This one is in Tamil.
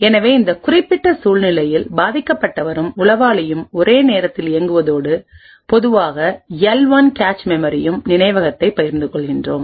எனவே இந்த குறிப்பிட்ட சூழ்நிலையில் பாதிக்கப்பட்டவரும் உளவாளியும் ஒரே நேரத்தில் இயங்குவதோடு பொதுவான எல் 1 கேச் மெமரியும்நினைவகத்தையும் பகிர்ந்து கொள்கிறோம்